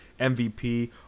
MVP